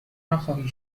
نخواهی